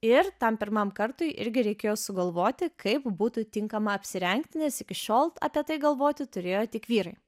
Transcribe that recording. ir tam pirmam kartui irgi reikėjo sugalvoti kaip būtų tinkama apsirengti nes iki šiol apie tai galvoti turėjo tik vyrai